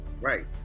Right